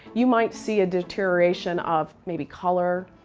you might see a deterioration of maybe color,